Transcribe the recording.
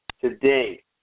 Today